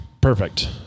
Perfect